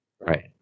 Right